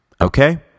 okay